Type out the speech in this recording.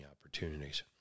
opportunities